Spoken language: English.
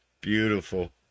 Beautiful